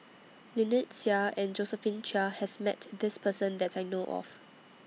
Lynnette Seah and Josephine Chia has Met This Person that I know of